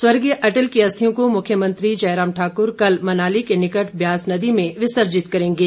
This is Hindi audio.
स्वर्गीय अटल की अस्थियों को मुख्यमंत्री जयराम ठाकुर कल मनाली के निकट व्यास नदी में विसर्जित करेंगे